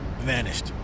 vanished